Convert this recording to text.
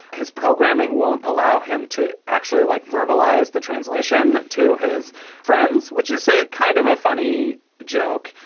his programming won't allow him to actually like verbalize the translation to his friends, which is a kind of a funny joke.